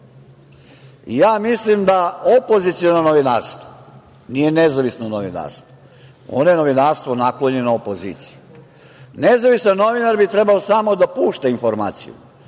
ja mislim da opoziciono novinarstvo, nije nezavisno novinarstvo, ono novinarstvo je naklonjeno opoziciji. Nezavisan novinar bi trebao samo da pušta informaciju,